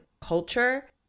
culture